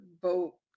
boat